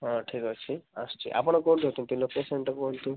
ହଁ ଠିକ୍ ଅଛି ଆସୁଛି ଆପଣ କେଉଁଠି ଅଛନ୍ତି ଲୋକେସନ୍ଟା କୁହନ୍ତୁ